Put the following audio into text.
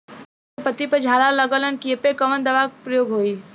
धान के पत्ती पर झाला लगववलन कियेपे कवन दवा प्रयोग होई?